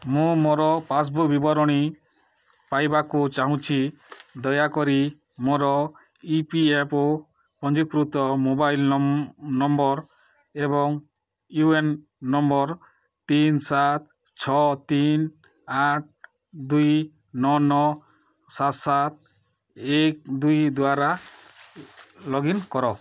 ମୁଁ ମୋର ପାସ୍ବୁକ୍ ବିବରଣୀ ପାଇବାକୁ ଚାହୁଁଛି ଦୟାକରି ମୋର ଇ ପି ଏଫ୍ ଓ ପଞ୍ଜୀକୃତ ମୋବାଇଲ୍ ନମ୍ବର୍ ଏବଂ ୟୁ ଏନ୍ ନମ୍ବର୍ ତିନି ସାତ ଛଅ ତିନି ଆଠ ଦୁଇ ନଅ ନଅ ସାତ ସାତ ଏକ ଦୁଇ ଦ୍ଵାରା ଲଗ୍ଇନ୍ କର